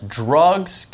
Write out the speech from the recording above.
drugs